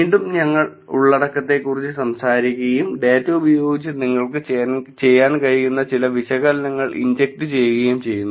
വീണ്ടും ഞങ്ങൾ ഉള്ളടക്കത്തെക്കുറിച്ച് സംസാരിക്കുകയും ഡാറ്റ ഉപയോഗിച്ച് നിങ്ങൾക്ക് ചെയ്യാൻ കഴിയുന്ന ചില വിശകലനങ്ങൾ ഇൻജെക്ട് ചെയ്യുകയും ചെയ്യുന്നു